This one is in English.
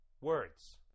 Words